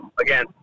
Again